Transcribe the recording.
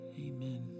Amen